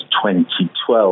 2012